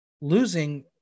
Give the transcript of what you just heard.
losing